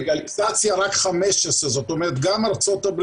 ולגליזציה רק 15. זאת אומרת גם ארצות-הברית